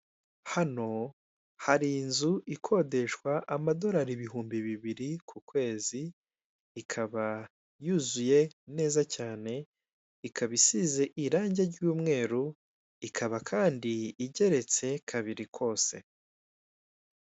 Hano hari inzu ikondeshwa amadorari ibihumbi bibiri ku kwezi. Ikaba yuzuye neza cyane, ikaba isize iragi ry'umweru. ikaba Kandi igeretse kabiri kose.